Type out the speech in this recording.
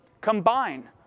combine